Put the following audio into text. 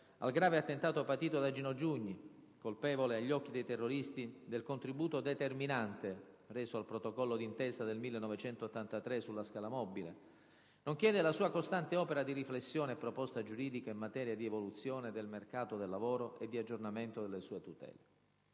al grave attentato patito da Gino Giugni, colpevole agli occhi dei terroristi del contributo determinante reso al protocollo d'intesa del 1983 sulla scala mobile, nonché della sua costante opera di riflessione e proposta giuridica in materia di evoluzione del mercato del lavoro e di aggiornamento delle sue tutele.